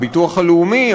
הביטוח הלאומי,